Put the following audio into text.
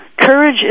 Courage